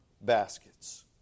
baskets